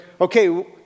okay